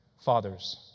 father's